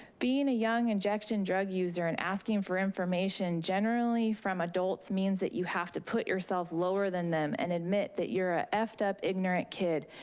being a young injection drug user and asking for information generally from adults means that you have to put yourself lower than them and admit that you're a f-ed up ignorant kid.